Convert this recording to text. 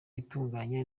itunganya